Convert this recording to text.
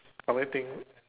only thing